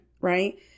right